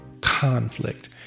conflict